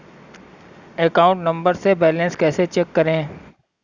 Account number से balance कैसे check करें?